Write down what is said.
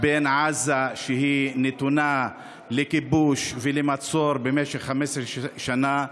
בין עזה, שנתונה לכיבוש ולמצור במשך 15 שנה,